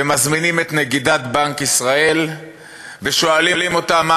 ומזמינים את נגידת בנק ישראל ושואלים אותה מה